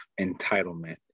entitlement